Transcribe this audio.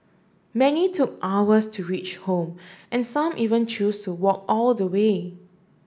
many took hours to reach home and some even chose to walk all the way